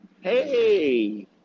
Hey